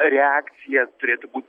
reakcija turėtų būt